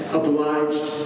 obliged